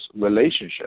relationship